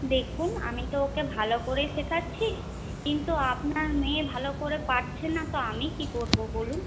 দেখুন আমি তো ওকে ভালো করেই শেখাচ্ছি কিন্তু আপনার মেয়ে ভালো করে পারছে না তো আমি কি করবো বলুন